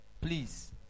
Please